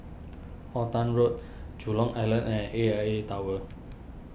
Halton Road Jurong Island and A I A Tower